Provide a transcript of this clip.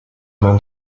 main